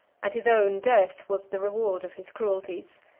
and his own death was the reward of his cruelties.